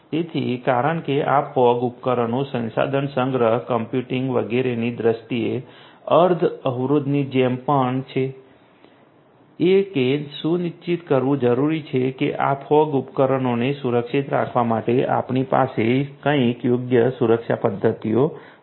તેથી કારણ કે આ ફોગ ઉપકરણો સંસાધન સંગ્રહ કમ્પ્યુટિંગ વગેરેની દ્રષ્ટિએ અર્ધ અવરોધની જેમ પણ છે એ કે સુનિશ્ચિત કરવું જરૂરી છે કે આ ફોગ ઉપકરણોને સુરક્ષિત રાખવા માટે આપણી પાસે કંઈક યોગ્ય સુરક્ષા પદ્ધતિઓ છે